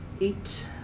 eight